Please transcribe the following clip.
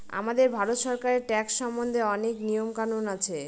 আমাদের ভারত সরকারের ট্যাক্স সম্বন্ধে অনেক নিয়ম কানুন আছে